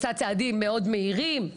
עשה צעדים מאוד מהירים,